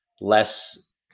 less